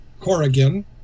Corrigan